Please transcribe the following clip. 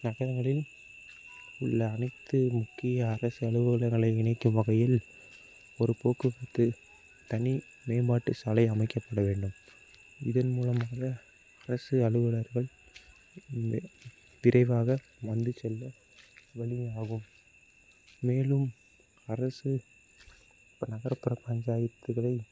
நகரங்களில் உள்ள அனைத்து முக்கிய அரசு அலுவலகங்களை இணைக்கும் வகையில் ஒரு போக்குவரத்து தனி மேம்பாட்டு சாலை அமைக்கப்பட வேண்டும் இதன் மூலமாக அரசு அலுவலர்கள் விரைவாக வந்து செல்ல வழி ஆகும் மேலும் அரசு நகர்ப்புற பஞ்சாயத்துகளில்